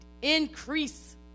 increase